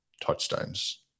touchdowns